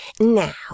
Now